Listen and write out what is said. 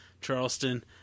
Charleston